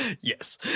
Yes